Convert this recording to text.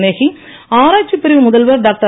நேகி ஆராய்ச்சி பிரிவு முதல்வர் டாக்டர்